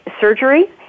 surgery